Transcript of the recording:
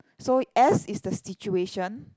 so S is the situation